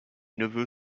neveu